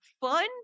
fun